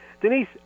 Denise